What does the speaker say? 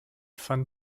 van